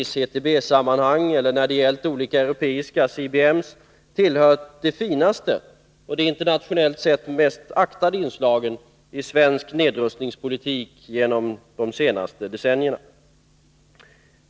i CTB-sammanhang eller när det gällt olika europeiska CBM - tillhört de finaste och det internationellt sett mest aktade inslagen i svensk nedrustningspolitik under de senaste decennierna.